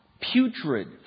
putrid